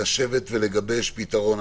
לשבת ולגבש פתרון.